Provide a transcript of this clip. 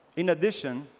in addition,